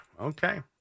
Okay